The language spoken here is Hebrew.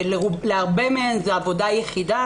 להרבה מהן זו עבודה יחידה.